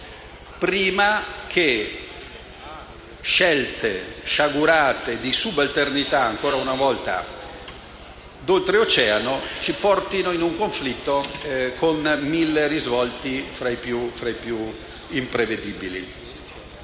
prima che scelte sciagurate di subalternità ancora una volta verso Paesi d'oltreoceano ci portino in un conflitto con mille risvolti tra i più imprevedibili.